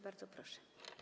Bardzo proszę.